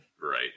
Right